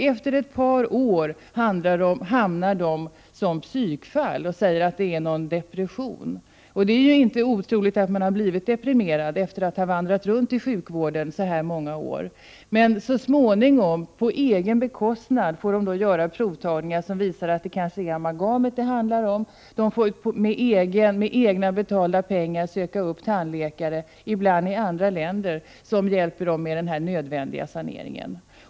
Efter ett par år hamnar de som psykfall och tror att de har något slags depression. Det är inte otroligt att man blivit deprimerad efter att ha vandrat runt i sjukvården under lång tid. Så småningom och på egen bekostnad gör man provtagningar, som kanske visar att det är amalgam det handlar om. Dessa människor får på egen bekostnad söka upp tandläkare, ibland i andra länder, för att få hjälp med den nödvändiga saneringen.